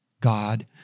God